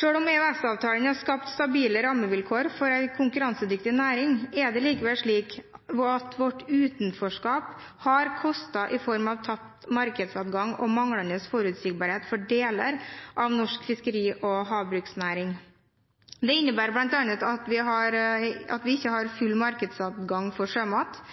Selv om EØS-avtalen har skapt stabile rammevilkår for en konkurransedyktig næring, er det likevel slik at vårt utenforskap har kostet i form av tapt markedsadgang og manglende forutsigbarhet for deler av norsk fiskeri- og havbruksnæring. Det innebærer bl.a. at vi ikke har full markedsadgang for sjømat.